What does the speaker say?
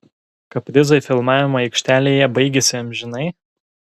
kaprizai filmavimo aikštelėje baigėsi amžinai